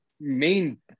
main